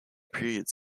periods